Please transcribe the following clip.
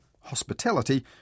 hospitality